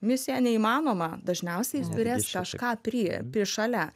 misija neįmanoma dažniausiai turės kažką prie šalia